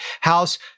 House